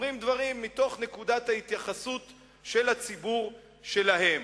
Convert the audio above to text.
אומרים דברים מתוך נקודת ההתייחסות של הציבור שלהם.